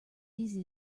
easy